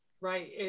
Right